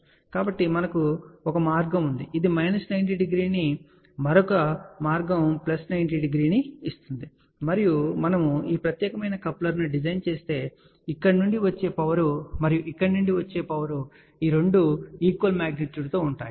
కాబట్టి మనకు ఒక మార్గం ఉంది ఇది మైనస్ 90 డిగ్రీ ని మరొక మార్గం ప్లస్ 90 డిగ్రీ ని ఇస్తుంది మరియు మనము ఈ ప్రత్యేకమైన కప్లర్ను డిజైన్ చేస్తే ఇక్కడ నుండి వచ్చే పవర్ మరియు ఇక్కడ నుండి వచ్చే పవర్ ఈ రెండు విషయాలు ఈక్వల్ మాగ్నిట్యూడ్ తో ఉంటాయి